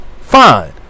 Fine